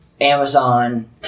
Amazon